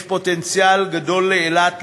יש פוטנציאל גדול לאילת,